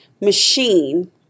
machine